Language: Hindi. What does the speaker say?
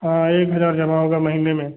हाँ एक हजार जमा होगा महीने में